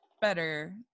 better